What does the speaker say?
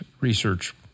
research